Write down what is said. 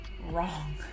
wrong